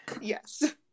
Yes